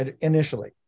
initially